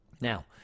Now